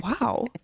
wow